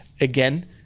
Again